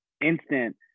instant